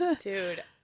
Dude